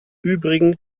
übrigen